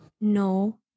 no